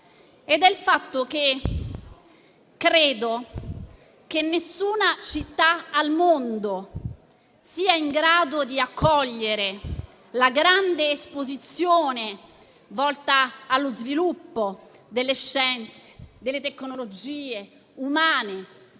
È il fatto che credo che nessuna città al mondo sia in grado di accogliere la grande esposizione volta allo sviluppo delle scienze e delle tecnologie umane